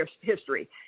history